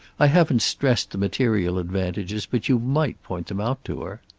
i haven't stressed the material advantages, but you might point them out to her.